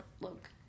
look